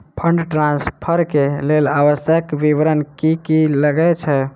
Fund transfer केँ लेल आवश्यक विवरण की की लागै छै?